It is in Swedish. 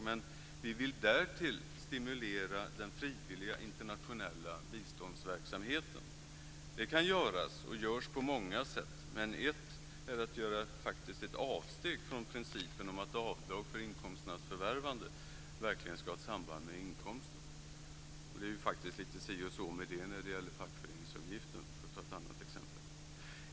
Men vi vill därtill stimulera den frivilliga internationella biståndsverksamheten. Det kan göras och görs på många sätt, men ett är att göra ett avsteg från principen om att avdrag för inkomsternas förvärvande verkligen ska ha ett samband med inkomsten. Det är faktiskt lite si och så med det när det gäller fackföreningsavgiften, för att ta ett annat exempel.